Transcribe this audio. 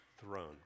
throne